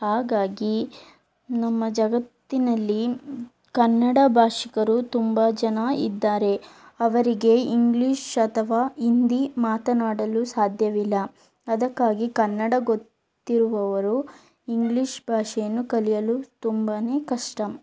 ಹಾಗಾಗಿ ನಮ್ಮ ಜಗತ್ತಿನಲ್ಲಿ ಕನ್ನಡ ಭಾಷಿಕರು ತುಂಬ ಜನ ಇದ್ದಾರೆ ಅವರಿಗೆ ಇಂಗ್ಲಿಷ್ ಅಥವಾ ಹಿಂದಿ ಮಾತನಾಡಲು ಸಾಧ್ಯವಿಲ್ಲ ಅದಕ್ಕಾಗಿ ಕನ್ನಡ ಗೊತ್ತಿರುವವರು ಇಂಗ್ಲಿಷ್ ಭಾಷೆಯನ್ನು ಕಲಿಯಲು ತುಂಬಾ ಕಷ್ಟ